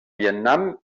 vietnam